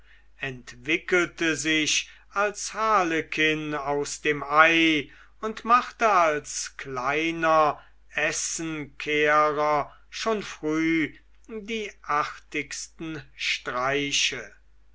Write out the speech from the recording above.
entwickelte sich als harlekin aus dem ei und machte als kleiner essenkehrer schon früh die artigsten streiche